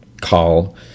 call